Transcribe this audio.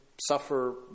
suffer